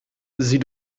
sie